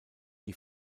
die